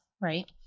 right